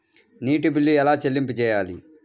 నీటి బిల్లు ఎలా చెల్లింపు చేయాలి?